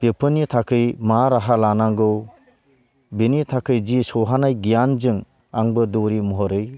बेफोरनि थाखै मा राहा लानांगौ बिनि थाखाय जि सौहानाय गियानजों आंबो दौरि महरै